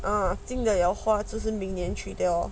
ah 进的 liao 话就是明年去 lor